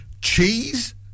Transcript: Cheese